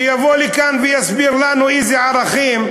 שיבוא לכאן ויסביר לנו אילו ערכים,